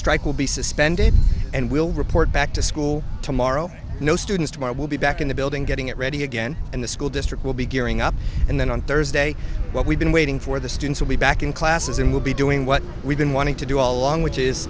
strike will be suspended and we'll report back to school tomorrow no students tomorrow will be back in the building getting it ready again and the school district will be gearing up and then on thursday what we've been waiting for the students will be back in classes and we'll be doing what we've been wanting to do all along which is